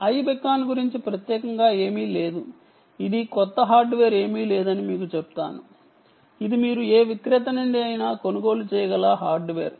I beacon గురించి ప్రత్యేకంగా ఏమీ లేదు ఇందులో కొత్త హార్డ్వేర్ ఏమీ లేదని మీకు చెప్తాను ఇది మీరు ఏ విక్రేత నుండి అయినా కొనుగోలు చేయగల హార్డ్వేర్